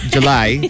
July